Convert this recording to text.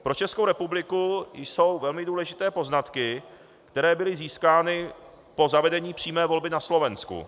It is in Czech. Pro Českou republiku jsou velmi důležité poznatky, které byly získány po zavedení přímé volby na Slovensku.